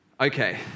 Okay